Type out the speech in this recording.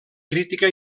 crítica